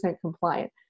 compliant